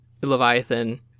leviathan